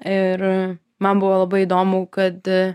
ir man buvo labai įdomu kad